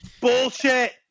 Bullshit